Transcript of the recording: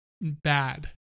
bad